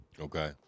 Okay